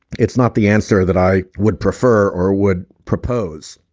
it's not the answer that i would prefer or would propose.